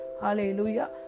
Hallelujah